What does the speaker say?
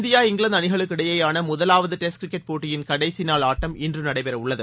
India இங்கிலாந்துஅணிகளுக்கிடையேயானமுதலாவதுடெஸ்ட் cricket போட்டியின் கடைசிநாள் ஆட்டம் இன்றுநடைபெறவுள்ளது